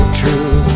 true